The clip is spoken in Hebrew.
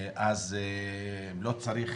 לא צריך